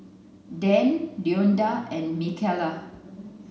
Dan Deonta and Micayla